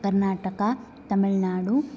Karnataka Tamil Nadu